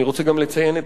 אני רוצה גם לציין את